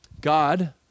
God